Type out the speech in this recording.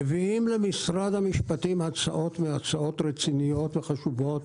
מביאים למשרד המשפטים הצעות רציניות וחשובות